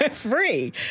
free